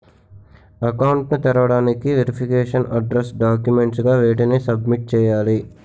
Account ను తెరవటానికి verification address documents గా వేటిని సబ్మిట్ చేయాలి?